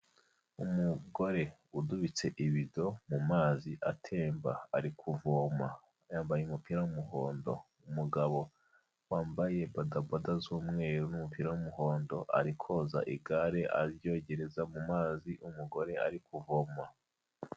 Umugore udubitse ibido mu mazi atemba ari kuvoma yambaye umupira w'umuhondo, umugabo wambaye bodaboda z'umweru umupira w'umuhondo ari koza igare aryogereza mu mazi umugore ari kuvoma.